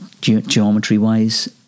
geometry-wise